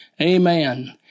Amen